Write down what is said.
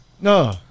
No